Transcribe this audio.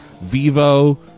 vivo